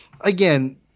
again